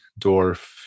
dwarf